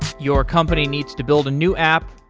your company needs to build a new app,